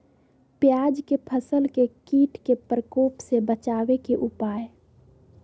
प्याज के फसल के कीट के प्रकोप से बचावे के उपाय?